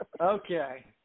Okay